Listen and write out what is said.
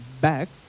back